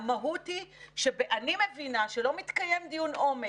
המהות היא שאני מבינה שלא מתקיים דיון עומק,